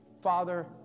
Father